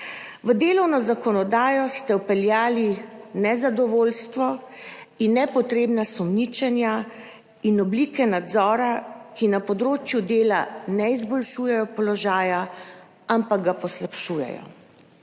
V delovno zakonodajo ste vpeljali nezadovoljstvo in nepotrebna sumničenja in oblike nadzora, ki na področju dela ne izboljšujejo položaja, ampak ga poslabšujejo.